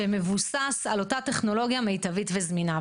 שמבוסס על אות הטכנולוגי המיטבי וזמינה.